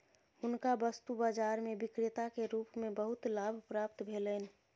हुनका वस्तु बाजार में विक्रेता के रूप में बहुत लाभ प्राप्त भेलैन